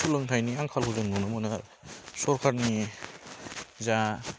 सोलोंथायनि आंखालबो जों नुनो मोनो आरो सरखारनि जा